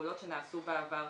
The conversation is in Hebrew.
בפעולות שנעשו בעבר,